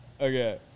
Okay